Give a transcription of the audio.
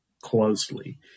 closely